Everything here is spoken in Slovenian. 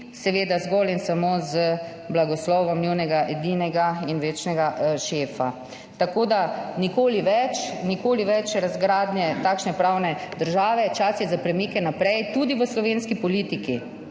seveda zgolj in samo z blagoslovom njunega edinega in večnega šefa. Nikoli več, nikoli več takšne razgradnje pravne države. Čas je za premike naprej, tudi v slovenski politiki.